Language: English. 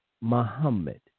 Muhammad